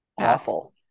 Awful